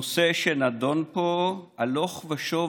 הנושא שנדון פה הלוך ושוב,